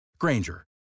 Granger